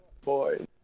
Boy